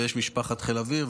יש משפחת חיל האוויר,